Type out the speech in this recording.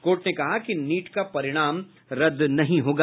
court ने कहा कि नीट का परिणाम रद्द नहीं होगा